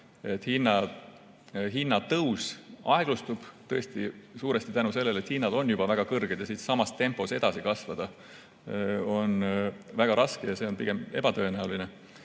et hinnatõus aeglustub tõesti suuresti tänu sellele, et hinnad on väga kõrged ja samas tempos edasi tõusta on väga raske, see on pigem ebatõenäoline.